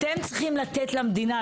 אתם צריכים לתת למדינה,